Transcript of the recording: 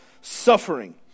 suffering